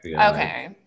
Okay